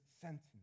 sentence